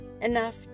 Enough